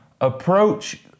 approach